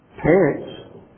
parents